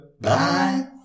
Bye